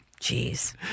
Jeez